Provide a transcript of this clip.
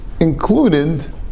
included